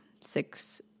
six